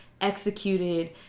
executed